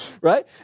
right